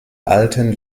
alten